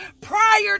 prior